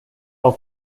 all